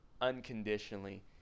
unconditionally